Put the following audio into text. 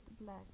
black